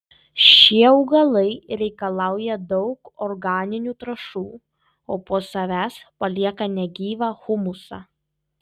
šie augalai reikalauja daug organinių trąšų o po savęs palieka negyvą humusą